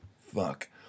fuck